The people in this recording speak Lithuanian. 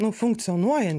nu funkcionuojant